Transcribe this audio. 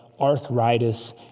arthritis